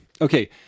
Okay